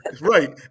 Right